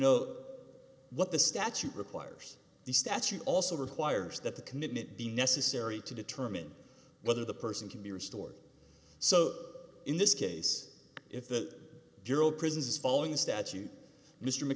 know what the statute requires the statute also requires that the commitment be necessary to determine whether the person can be restored so in this case if the bureau of prisons is following statute m